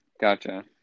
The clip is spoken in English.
Gotcha